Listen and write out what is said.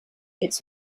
its